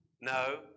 no